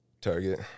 Target